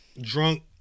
drunk